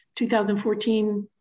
2014